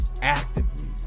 actively